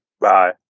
Bye